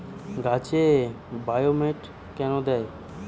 গাছে বায়োমেট কেন দেয়?